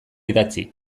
idatzi